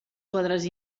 quadres